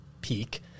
peak